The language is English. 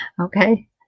Okay